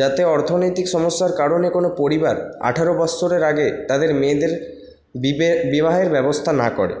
যাতে অর্থনৈতিক সমস্যার কারণে কোনো পরিবার আঠারো বৎসরের আগে তাদের মেয়েদের বিবাহের ব্যবস্থা না করে